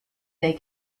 they